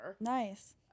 Nice